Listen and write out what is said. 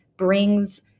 brings